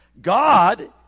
God